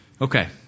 Okay